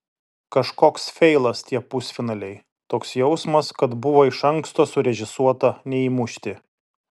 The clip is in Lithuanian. kažkoks feilas tie pusfinaliai toks jausmas kad buvo iš anksto surežisuota neįmušti